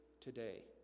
today